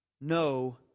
no